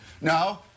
No